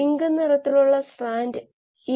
linear ആൾജിബ്രയിൽ ഇത് ചെയ്യാൻ എളുപ്പമാകും